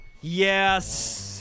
Yes